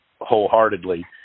wholeheartedly